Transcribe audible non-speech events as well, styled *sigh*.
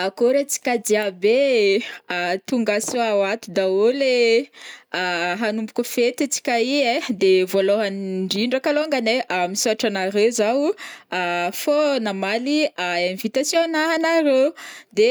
Akôry atsika jiaby ee, ah tongasoa ato dahôly ee, *hesitation* hanombok fety antsika io ai, de voalohany indrindra kalongany ai, *hesitation* misaotra anareo zaho *hesitation* fao namaly ah invitation nahy anaréo, de